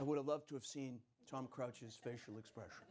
i would have loved to have seen tom crouches facial expression